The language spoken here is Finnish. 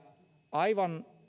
aivan